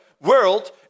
world